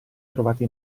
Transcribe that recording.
trovati